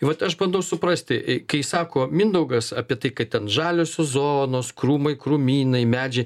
vat aš bandau suprasti i kai sako mindaugas apie tai kad ten žaliosios zonos krūmai krūmynai medžiai